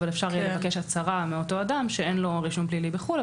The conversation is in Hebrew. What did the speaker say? אבל אפשר לבקש הצהרה מאותו אדם על כך שאין לו רישום פלילי בחו"ל.